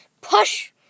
push